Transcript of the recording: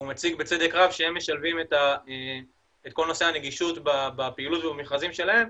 הוא מציג בצדק רב שהם משלבים את כל נושא הנגישות בפעילות ובמכרזים שלהם,